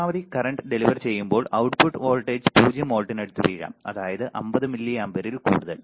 പരമാവധി current deliver ചെയ്യുമ്പോൾ output voltage 0 വോൾട്ടിനടുത്ത് വീഴാം അതായത് 50 മില്ലി ആമ്പിയറിൽ കൂടുതൽ